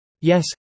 yes